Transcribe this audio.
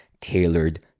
tailored